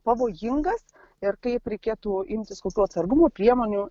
pavojingas ir kaip reikėtų imtis kokių atsargumo priemonių